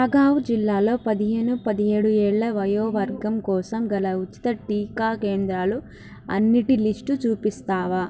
నాగావ్ జిల్లాలో పదిహేను పదిహేడు ఏళ్ల వయోవర్గం కోసం గల ఉచిత టీకా కేంద్రాలు అన్నటి లిస్టు చూపిస్తావా